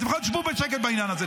אז שבו בשקט בעניין הזה.